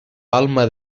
palma